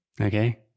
okay